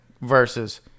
versus